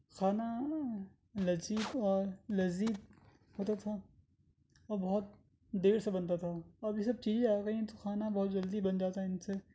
کھانا لذیذ اور لذیذ مطلب تھوڑا اور بہت دیر سے بنتا تھا اب یہ سب چیزیں آ گئی ہیں تو کھانا بہت جلدی بن جاتا ہے ان سے